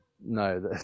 No